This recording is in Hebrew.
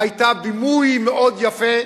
היתה בימוי מאוד יפה,